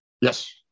Yes